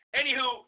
Anywho